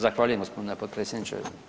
Zahvaljujem gospodine potpredsjedniče.